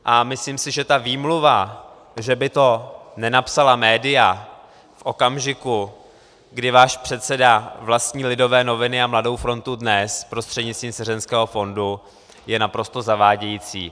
A myslím si, že ta výmluva, že by to nenapsala média v okamžiku, kdy váš předseda vlastní Lidové noviny a Mladou frontu DNES prostřednictvím svěřeneckého fondu, je naprosto zavádějící.